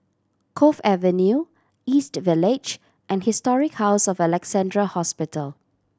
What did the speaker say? Cove Avenue East Village and Historic House of Alexandra Hospital